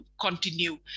continue